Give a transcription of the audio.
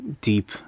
deep